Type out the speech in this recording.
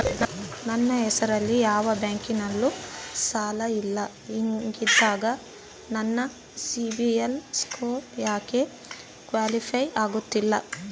ನನ್ನ ಹೆಸರಲ್ಲಿ ಯಾವ ಬ್ಯಾಂಕಿನಲ್ಲೂ ಸಾಲ ಇಲ್ಲ ಹಿಂಗಿದ್ದಾಗ ನನ್ನ ಸಿಬಿಲ್ ಸ್ಕೋರ್ ಯಾಕೆ ಕ್ವಾಲಿಫೈ ಆಗುತ್ತಿಲ್ಲ?